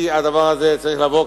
כי הדבר הזה צריך לעבור,